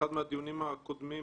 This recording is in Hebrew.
באחד הדיונים הקודמים